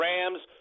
Rams